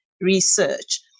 research